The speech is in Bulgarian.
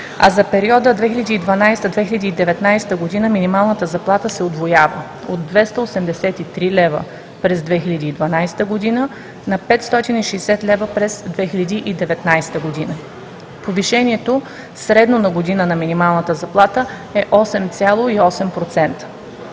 а за периода 2012 – 2019 г. минималната заплата се удвоява – от 283 лв. през 2012 г. на 560 лв. през 2019 г. Повишението средно на година на минималната заплата е 8,8%.